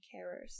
carers